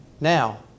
Now